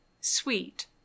sweet